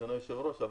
אדוני היושב-ראש,